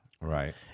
Right